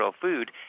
food